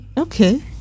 Okay